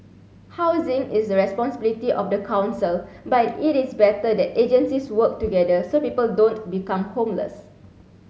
housing is the responsibility of the council but it is better that agencies work together so people don't become homeless